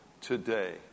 today